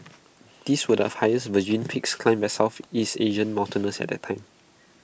these were the highest virgin peaks climbed by Southeast Asian mountaineers at the time